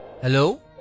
Hello